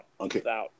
Okay